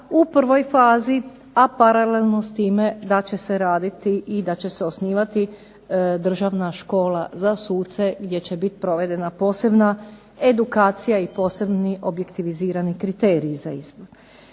u prvoj fazi, a paralelno s time da će se raditi i da će osnivati Državna škola za suce gdje će biti provedena posebna edukacija i posebni objektivizirani kriteriji za ispit.